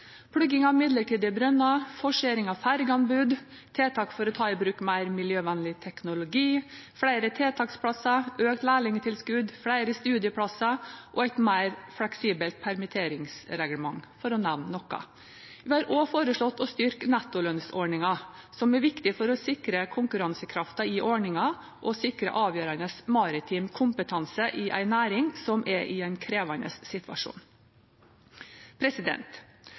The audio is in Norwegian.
av midlertidige brønner, forsering av fergeanbud, tiltak for å ta i bruk mer miljøvennlig teknologi, flere tiltaksplasser, økt lærlingtilskudd, flere studieplasser og et mer fleksibelt permitteringsreglement – for å nevne noe. Vi har også foreslått å styrke nettolønnsordningen, som er viktig for å sikre konkurransekraften i ordningen, og å sikre avgjørende maritim kompetanse i en næring som er i en krevende situasjon.